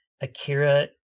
Akira